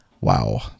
wow